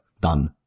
done